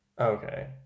okay